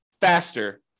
faster